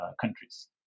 countries